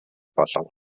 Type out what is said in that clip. болов